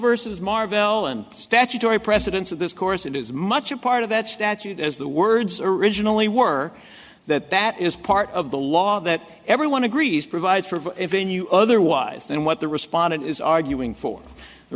vs marvell and statutory precedence of this course it is much a part of that statute as the words originally were that that is part of the law that everyone agrees provides for in you otherwise than what the respondent is arguing for the